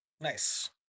Nice